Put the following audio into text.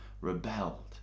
rebelled